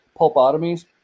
pulpotomies